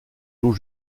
l’eau